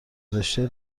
رشته